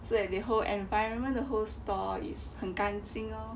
so that they whole environment the whole store is 很干净哦